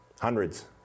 hundreds